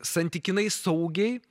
santykinai saugiai